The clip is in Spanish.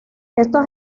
estos